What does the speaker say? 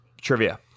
Trivia